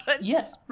yes